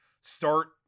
start